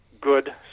good